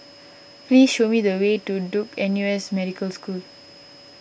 please show me the way to Duke N U S Medical School